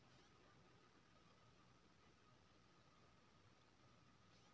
सबसँ पैघ आ पुरान बैंक भारतीय स्टेट बैंक छै जे एखनहुँ चलि रहल छै